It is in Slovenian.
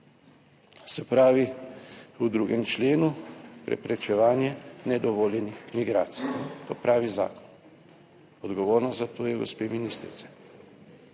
Se pravi v 2. členu preprečevanje nedovoljenih migracij. To pravi zakon. Odgovornost za to je gospe ministrice,